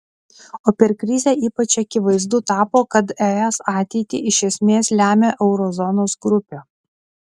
o per krizę ypač akivaizdu tapo kad es ateitį iš esmės lemia euro zonos grupė